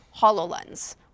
HoloLens